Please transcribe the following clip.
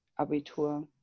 abitur